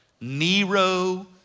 Nero